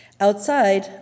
Outside